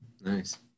Nice